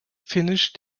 finished